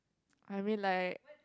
I mean like